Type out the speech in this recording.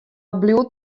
bliuwt